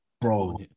Bro